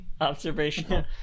Observational